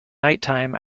nighttime